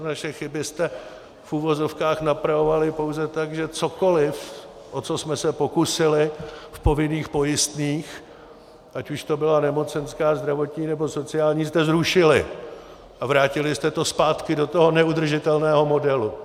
Naše chyby jste v uvozovkách napravovali pouze tak, že cokoli, o co jsme se pokusili v povinných pojistných, ať už to byla nemocenská, zdravotní nebo sociální, jste zrušili a vrátili jste to zpátky do toho neudržitelného modelu.